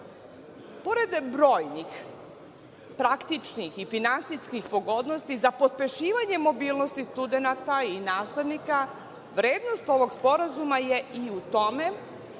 brojnih praktičnih i finansijskih pogodnosti za pospešivanje mobilnosti studenata i nastavnika, vrednost ovog sporazuma je i u tome